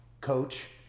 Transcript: coach